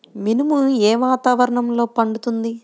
మినుము ఏ వాతావరణంలో పండుతుంది?